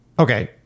okay